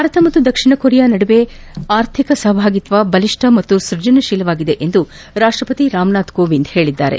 ಭಾರತ ಮತ್ತು ದಕ್ಷಿಣ ಕೊರಿಯಾ ನಡುವೆ ಆರ್ಥಿಕ ಸಹಭಾಗಿತ್ವ ಬಲಿಷ್ಠ ಹಾಗೂ ಸೃಜನಶೀಲವಾಗಿದೆ ಎಂದು ರಾಷ್ಷಪತಿ ರಾಮನಾಥ್ ಕೋವಿಂದ್ ಹೇಳಿದ್ದಾರೆ